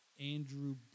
Andrew